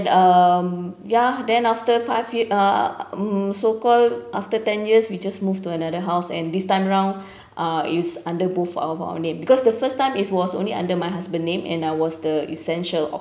um ya then after five year uh mm so called after ten years we just moved to another house and this time round uh is under both of our name because the first time it was only under my husband name and I was the essential